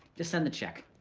just send the check.